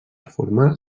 formar